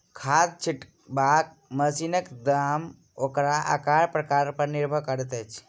खाद छिटबाक मशीनक दाम ओकर आकार प्रकार पर निर्भर करैत अछि